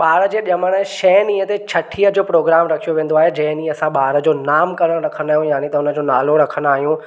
ॿार जे ॼमण जे छ्हें ॾींहुं ते छठीअ जो प्रोग्राम रखियो वेंदो आहे जंहिं ॾींहुं असां ॿार जो नाम करणु रखंदा आहियूं यानी त उन जो नालो रखंदा आहियूं